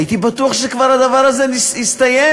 הייתי בטוח שכבר הדבר הזה הסתיים,